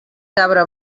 cabra